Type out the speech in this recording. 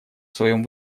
своем